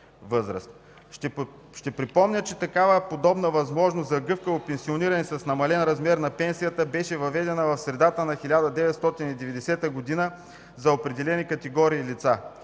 Ще припомня, че такава подобна възможност за гъвкаво пенсиониране с намален размер на пенсията беше въведена в средата на 1990 г. за определени категории лица.